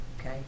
okay